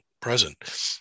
present